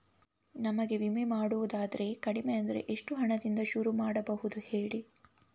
ನಮಗೆ ವಿಮೆ ಮಾಡೋದಾದ್ರೆ ಕಡಿಮೆ ಅಂದ್ರೆ ಎಷ್ಟು ಹಣದಿಂದ ಶುರು ಮಾಡಬಹುದು ಹೇಳಿ